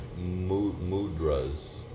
mudras